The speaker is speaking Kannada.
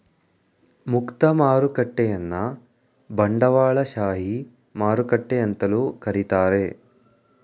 ಮುಕ್ತ ಮಾರುಕಟ್ಟೆಯನ್ನ ಬಂಡವಾಳಶಾಹಿ ಮಾರುಕಟ್ಟೆ ಅಂತಲೂ ಕರೀತಾರೆ